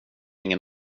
ingen